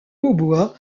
hautbois